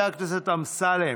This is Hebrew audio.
חבר הכנסת אמסלם,